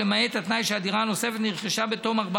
למעט התנאי שהדירה הנוספת נרכשה בתום ארבע